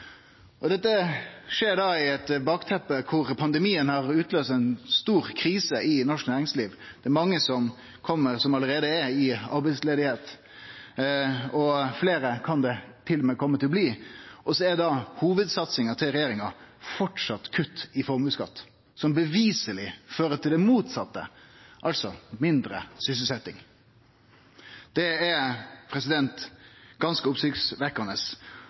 Og dette skjer med eit bakteppe der pandemien har utløyst ei stor krise i norsk næringsliv. Det er mange som allereie er arbeidslause, og fleire kan det til og med kome til å bli. Og så er hovudsatsinga til regjeringa stadig kutt i formuesskatten, som beviseleg fører til det motsette, altså mindre sysselsetjing. Det er ganske oppsiktsvekkjande.